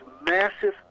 massive